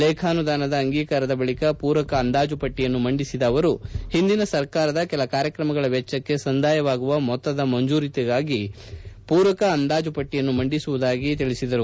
ಲೇಖಾನುಧಾನದ ಅಂಗೀಕಾರದ ಬಳಿಕ ಪೂರಕ ಅಂದಾಜುಪಟ್ಟಿಯನ್ನು ಮಂಡಿಸಿದ ಅವರು ಹಿಂದಿನ ಸರ್ಕಾರದ ಕೆಲ ಕಾರ್ಯಕ್ರಮಗಳ ವೆಚ್ಚಕ್ಕೆ ಸಂದಾಯವಾಗುವ ಮೊತ್ತದ ಮಂಜೂರಾತಿಗಾಗಿ ಪೂರಕ ಅಂದಾಜು ಪಟ್ಟಿಯನ್ನು ಮಂಡಿಸುವುದಾಗಿ ತಿಳಿಸಿದರು